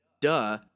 duh